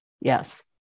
Yes